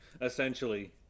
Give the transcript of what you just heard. essentially